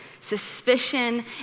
suspicion